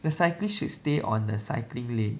the cyclists should stay on the cycling lane